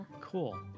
Cool